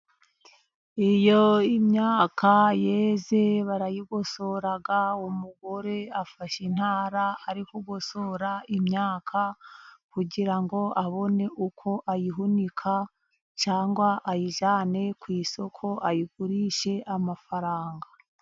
Iyo imyaka yeze barayigosora. Umugore afashe intara arikugosora imyaka kugira ngo abone uko ayihunika cyangwa ayijyane ku isoko ayigurishe amafaranga.